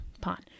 pawn